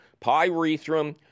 pyrethrum